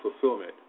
fulfillment